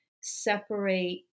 separate